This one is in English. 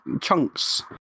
chunks